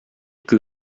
que